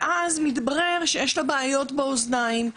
ואז מתברר שיש לה בעיות באוזניים,